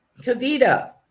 Kavita